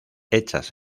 hechas